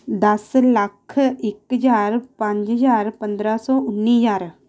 ਦਸ ਲੱਖ ਇੱਕ ਹਜ਼ਾਰ ਪੰਜ ਹਜ਼ਾਰ ਪੰਦਰਾਂ ਸੌ ਉੱਨੀ ਹਜ਼ਾਰ